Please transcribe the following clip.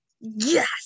yes